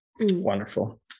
Wonderful